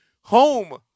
Home